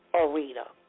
arena